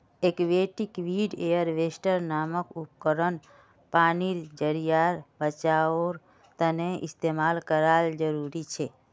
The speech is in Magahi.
एक्वेटिक वीड हाएवेस्टर नामक उपकरण पानीर ज़रियार बचाओर तने इस्तेमाल करना ज़रूरी छे